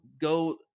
go